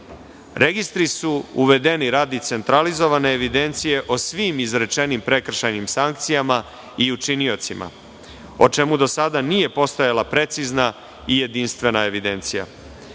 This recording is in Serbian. iznosa. Registri su uvedeni radi centralizovane evidencije o svim izrečenim prekršajnim sankcijama i učiniocima, o čemu do sada nije postojala precizna i jedinstvena evidencija,